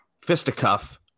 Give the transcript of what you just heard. fisticuff